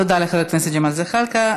תודה לחבר הכנסת ג'מאל זחאלקה.